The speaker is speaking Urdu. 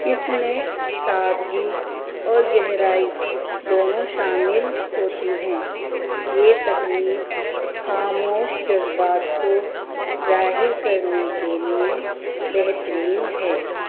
اس میں سادگی اور گہرائی دونوں شامل ہوتی ہیں یہ تکنیک خاموش جذبات کو ظاہر کرنے کے لیے بہترین ہے